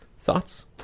Thoughts